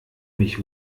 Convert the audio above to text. mich